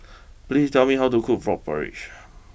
please tell me how to cook Frog Porridge